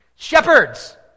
Shepherds